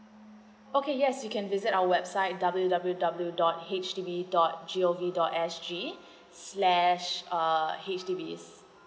okay yes you can visit our website w w w dot H D B dot gov dot s g slash H_D_B